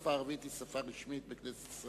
השפה הערבית היא שפה רשמית במדינת ישראל.